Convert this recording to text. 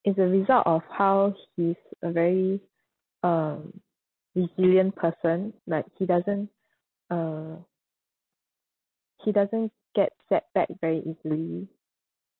is a result of how he's a very um resilient person like he doesn't uh he doesn't get set back very easily